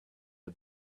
are